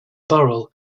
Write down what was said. burrell